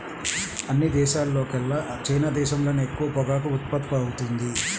అన్ని దేశాల్లోకెల్లా చైనా దేశంలోనే ఎక్కువ పొగాకు ఉత్పత్తవుతుంది